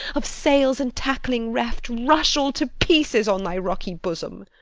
of sails and tackling reft, rush all to pieces on thy rocky bosom.